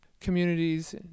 communities